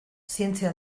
zientzia